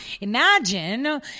Imagine